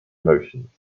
motions